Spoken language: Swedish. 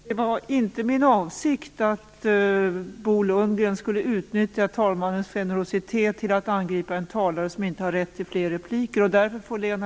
Det var inte min avsikt att Bo Lundgren skulle utnyttja talmannens generositet till att angripa en talare som inte har rätt till fler repliker. Därför får Lena